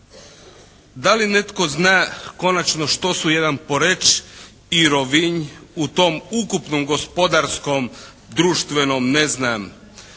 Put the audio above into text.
Da li netko zna konačno što su jedan Poreč i Rovinj u tom ukupnom gospodarskom društvenom, da